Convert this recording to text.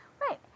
Right